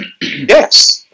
Yes